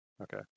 Okay